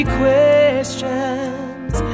questions